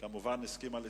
שהסכימה לקצר.